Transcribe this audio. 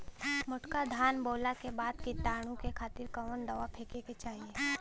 मोटका धान बोवला के बाद कीटाणु के खातिर कवन दावा फेके के चाही?